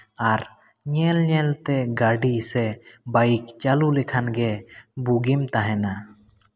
ᱟᱨ ᱧᱮᱞ ᱧᱮᱞ ᱛᱮ ᱜᱟᱹᱰᱤ ᱥᱮ ᱵᱟᱹᱭᱤᱠ ᱪᱟᱹᱞᱩ ᱞᱮᱠᱷᱟᱱ ᱜᱮ ᱵᱩᱜᱤᱢ ᱛᱟᱦᱮᱸᱱᱟ